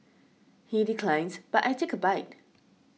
he declines but I take a bite